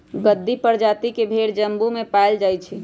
गद्दी परजाति के भेड़ जम्मू में पाएल जाई छई